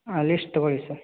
ಹಾಂ ಲೀಸ್ಟ್ ತೊಗೊಳ್ಳಿ ಸರ್